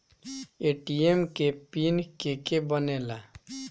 ATM के PIN के के बनेला?